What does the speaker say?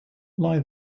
lie